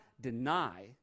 deny